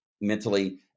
mentally